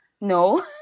no